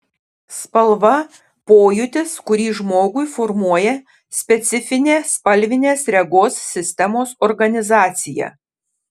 spalva pojūtis kurį žmogui formuoja specifinė spalvinės regos sistemos organizacija